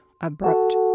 abrupt